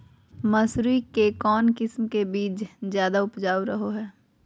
मसूरी के कौन किस्म के बीच ज्यादा उपजाऊ रहो हय?